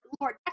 Lord